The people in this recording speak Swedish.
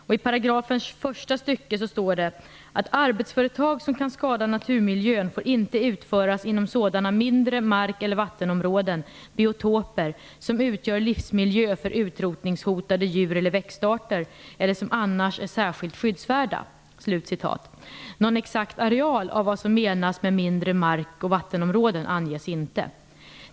I paragrafens första stycke står det att "Arbetsföretag som kan skada naturmiljön får inte utföras inom sådana mindre mark eller vattenområden som utgör livsmiljö för utrotningshotade djur eller växtarter eller som annars är särskilt skyddsvärda". Någon exakt areal av vad som menas med "mindre mark eller vattenområden" anges inte.